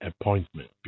appointment